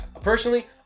personally